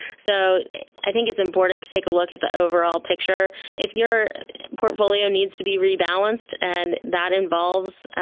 so i think it's important to take a look at the overall picture. if your portfolio needs to be rebalanced and that involves